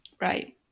Right